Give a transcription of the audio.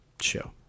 show